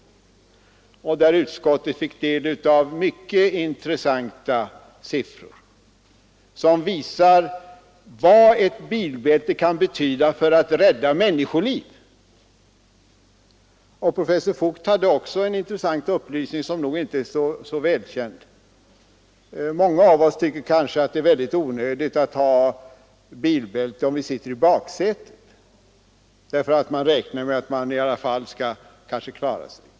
Utskottet fick del av mycket intressanta siffror, som visar vad ett bilbälte kan betyda för att rädda människoliv. Professor Voigt hade också en upplysning som nog inte är så väl känd. Många av oss tycker kanske att det är onödigt att ha bilbälte om vi sitter i baksätet därför att man räknar med att man i alla fall skall klara sig.